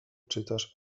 czytasz